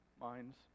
minds